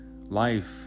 Life